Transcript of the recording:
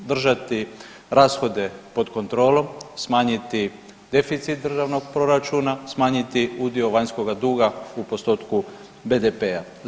Držati rashode pod kontrolom, smanjiti deficit državnog proračuna, smanjiti udio vanjskoga duga u postotku BDP-a.